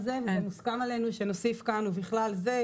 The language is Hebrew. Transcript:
זה וזה מוסכם עלינו שנוסיף כאן "ובכלל זה,